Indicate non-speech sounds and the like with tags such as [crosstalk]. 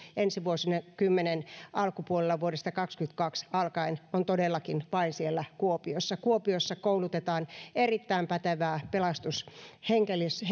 ensi vuosikymmenen alkupuolella vuodesta kaksikymmentäkaksi alkaen on todellakin vain siellä kuopiossa kuopiossa koulutetaan erittäin pätevää pelastushenkilöstöä [unintelligible]